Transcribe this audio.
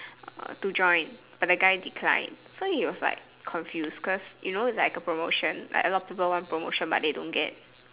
to join but the guy declined so he was like confused cause you know it's like a promotion like a lot of people want promotion but they don't get